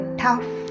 tough